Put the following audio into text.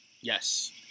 Yes